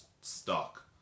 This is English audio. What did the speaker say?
stuck